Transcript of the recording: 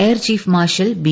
air chief marshal B